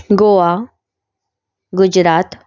Goa Gujarat